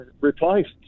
replaced